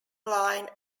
line